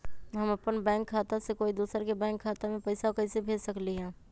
हम अपन बैंक खाता से कोई दोसर के बैंक खाता में पैसा कैसे भेज सकली ह?